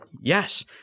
yes